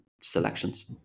selections